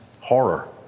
Horror